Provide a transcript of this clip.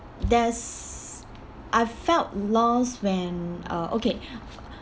there's I felt lost when uh okay